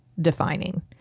defining